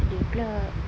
takde pula